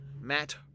Matt